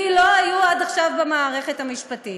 כי לא היו עד עכשיו במערכת המשפט.